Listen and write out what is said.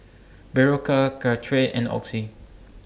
Berocca Caltrate and Oxy